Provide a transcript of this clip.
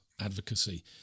advocacy